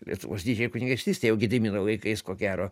lietuvos didžiąją kunigaikštystę jau gedimino laikais ko gero